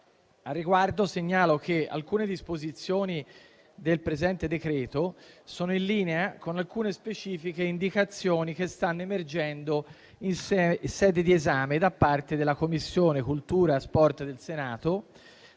Al riguardo, segnalo che alcune disposizioni del presente decreto sono in linea con alcune specifiche indicazioni che stanno emergendo in sede di esame da parte della Commissione cultura e sport del Senato